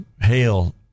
hail